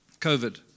covid